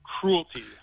cruelty